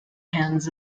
hands